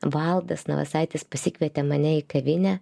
valdas navasaitis pasikvietė mane į kavinę